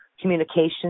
communication